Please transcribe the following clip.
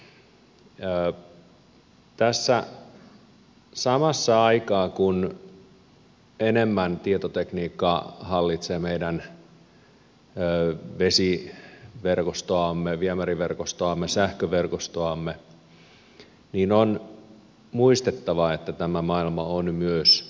tässä samaan aikaan mitä enemmän tietotekniikka hallitsee meidän vesiverkostoamme viemäriverkostoamme sähköverkostoamme on muistettava että tämä maailma on myös haavoittuva